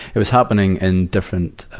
it was happening in different, ah,